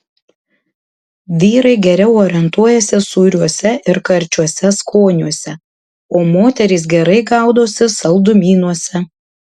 vyrai geriau orientuojasi sūriuose ir karčiuose skoniuose o moterys gerai gaudosi saldumynuose